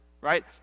right